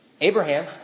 Abraham